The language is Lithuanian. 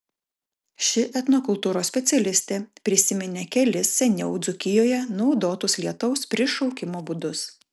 ši etnokultūros specialistė prisiminė kelis seniau dzūkijoje naudotus lietaus prišaukimo būdus